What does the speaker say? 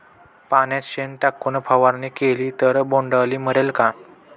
पाण्यात शेण टाकून फवारणी केली तर बोंडअळी मरेल का?